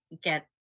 get